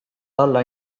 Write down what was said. talle